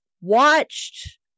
watched